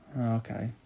okay